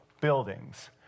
buildings